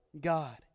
God